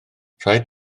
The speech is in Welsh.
rhaid